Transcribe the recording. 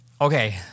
Okay